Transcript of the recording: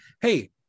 hey